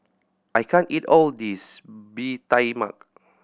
I can't eat all of this Bee Tai Mak